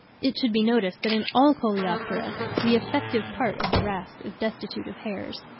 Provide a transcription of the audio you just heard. it should be noticed that in all coleoptera the effective part of the rasp is destitute of hairs.